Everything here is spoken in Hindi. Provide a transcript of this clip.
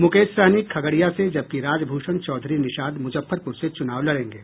मुकेश सहनी खगड़िया से जबकि राजभूषण चौधरी निषाद मुजफ्फरपुर से चुनाव लड़ेंगे